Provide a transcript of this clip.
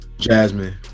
Jasmine